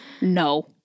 No